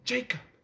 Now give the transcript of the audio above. Jacob